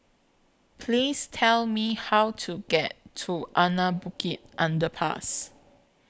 Please Tell Me How to get to Anak Bukit Underpass